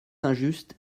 injuste